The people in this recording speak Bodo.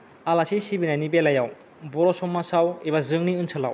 आलासि सिबिनायनि बेलायाव बर' समाजाव एबा जोंनि ओनसोलाव